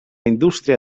indústria